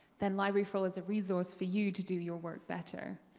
then library for all is a resource for you to do your work better.